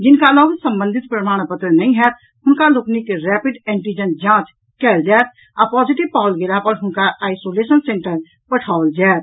जिनका लऽग संबंधित प्रमाण पत्र नहि होयत हुनका लोकनिक रैपिड एंटीजन जांच कयल जायत आ पॉजिटिव पाओल गेल पर हुनका आइसोलेशन सेंटर पठाओल जायत